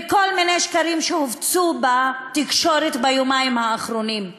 ובכל מיני שקרים שהופצו בתקשורת ביומיים האחרונים.